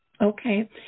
Okay